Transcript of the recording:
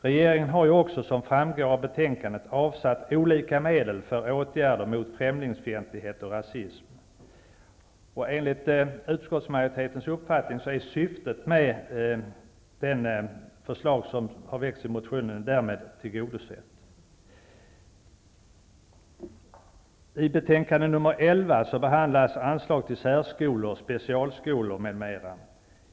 Regeringen har ju också, som framgår av betänkandet, avsatt medel för olika åtgärder mot främlingsfientlighet och rasism. Enligt utskottsmajoritetens uppfattning är syftet med det förslag som väckts i motionen därmed tillgodosett. I betänkande nr 11 behandlas anslag till särskolor och specialskolor m.m.